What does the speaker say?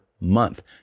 month